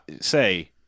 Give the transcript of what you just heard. say